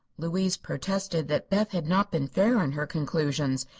louise protested that beth had not been fair in her conclusions.